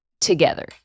together